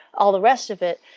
all the rest of it.